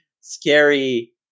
scary